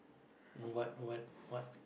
what what what